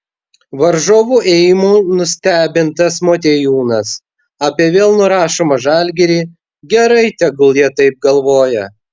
varžovų ėjimų nustebintas motiejūnas apie vėl nurašomą žalgirį gerai tegul jie taip galvoja